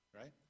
right